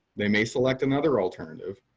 they may select another alternative,